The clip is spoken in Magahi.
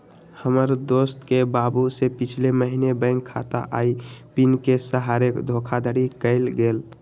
हमर दोस के बाबू से पिछले महीने बैंक खता आऽ पिन के सहारे धोखाधड़ी कएल गेल